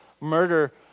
murder